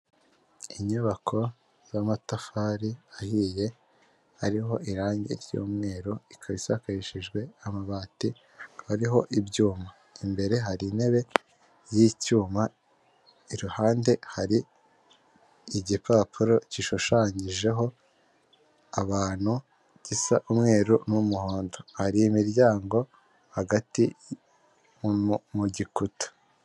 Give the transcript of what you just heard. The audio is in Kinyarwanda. Inyubako y'amatafari ahiye hariho irangi ry'umweru, ikaba isakoreshijwe amabati hariho ibyuma, imbere hari intebe y'icyuma iruhande hari igipapuro gishushanyijeho abantu, gisa umweru n'umuhondo hari imiryango hagati mu gikuta.